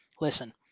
Listen